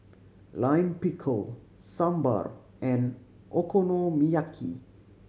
Lime Pickle Sambar and Okonomiyaki